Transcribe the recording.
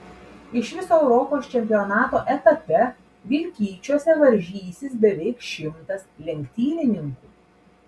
iš viso europos čempionato etape vilkyčiuose varžysis beveik šimtas lenktynininkų